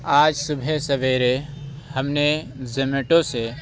آج صبح سویرے ہم نے زومیٹو سے